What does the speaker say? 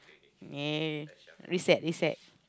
eh reset reset